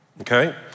okay